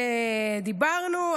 ודיברנו.